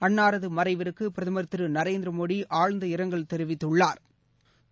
அன்னாரது மறைவிற்கு பிரதமர் திரு நரேந்திர மோடி ஆழ்ந்த இரங்கள் தெரிவித்துள்ளாா்